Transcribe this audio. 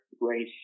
race